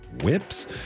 Whips